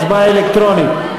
הצבעה אלקטרונית.